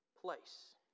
place